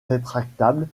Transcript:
rétractable